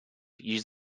used